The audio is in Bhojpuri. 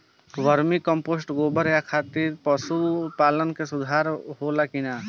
वर्मी कंपोस्ट गोबर खाद खातिर पशु पालन में सुधार होला कि न?